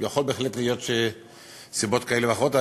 יכול בהחלט להיות שסיבות כאלה ואחרות,